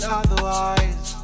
otherwise